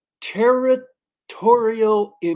territorial